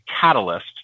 catalyst